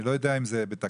אני לא יודע אם זה בתקנה.